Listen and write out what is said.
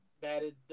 batted